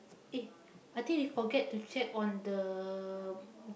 eh I think we forgot to check on the